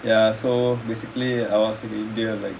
ya so basically I was in india like